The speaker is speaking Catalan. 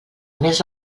més